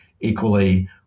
Equally